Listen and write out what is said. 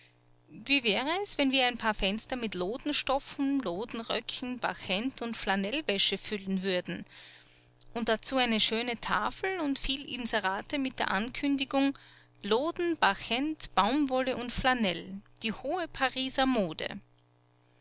wie wäre es wenn wir ein paar fenster mit lodenstoffen lodenröcken barchent und flanellwäsche füllen würden und dazu eine schöne tafel und viel inserate mit der ankündigung loden barchent baumwolle und flanell die hohe pariser mode